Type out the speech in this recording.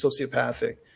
sociopathic